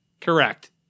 Correct